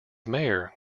mayor